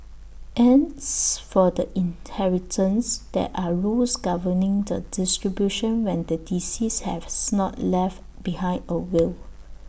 as for the inheritance there are rules governing the distribution when the deceased have's not left behind A will